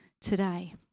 today